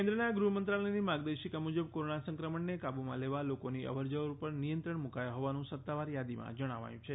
કેન્દ્રના ગૃહ મંત્રાલયની માર્ગદર્શિકા મુજબ કોરોના સંક્રમણને કાબુમાં લેવા લોકોની અવર જવર ઉપર નિયંત્રણ મુકાયા હોવાનુ સત્તાવાર થાદીમાં જણાવાયું છે